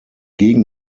gegen